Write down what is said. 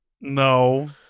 No